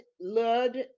Lud